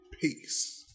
peace